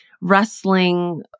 wrestling